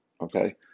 Okay